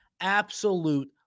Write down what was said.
absolute